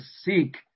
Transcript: seek